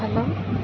hello